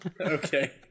Okay